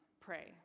pray